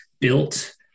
built